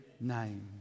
name